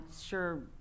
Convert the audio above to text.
sure